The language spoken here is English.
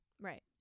Right